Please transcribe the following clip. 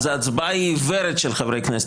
אז ההצבעה של חברי הכנסת היא עיוורת,